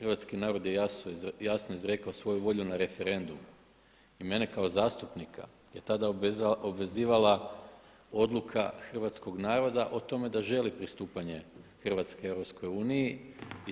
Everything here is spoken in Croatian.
Hrvatski narod je jasno izrekao svoju volju na referendumu i mene kao zastupnika je tada obvezivala odluka Hrvatskog naroda o tome da želi pristupanje Hrvatske EU i